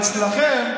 אצלכם,